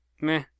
Meh